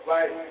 Right